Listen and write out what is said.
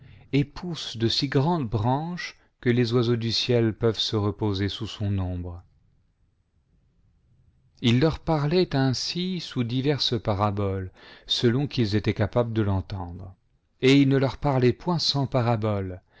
et pousse de si grandes branches que les oiseaux du ciel peuvent se reposer sous son ombre il leur parlait ainsi sous diverses paraboles selon qu'ils étaient capables de l'entendre et il ne leur parlait point sans parabole